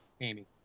Amy